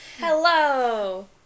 Hello